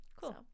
Cool